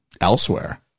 elsewhere